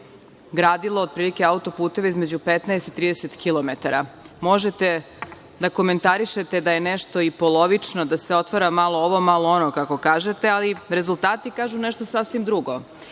gradilo otprilike autoputeva između 15 i 30 kilometara. Možete da komentarišete da je nešto i polovično, da se otvara malo ovo, malo ono, kako kažete, ali rezultati kažu nešto sasvim drugo